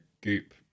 goop